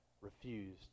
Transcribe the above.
refused